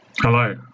Hello